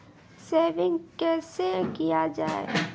Saving कैसै किया जाय?